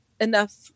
enough